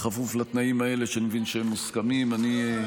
בכפוף לתנאים האלה, שאני מבין שהם מוסכמים, אני,